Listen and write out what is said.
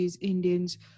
Indians